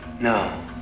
No